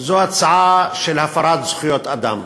זו הצעה של הפרת זכויות אדם,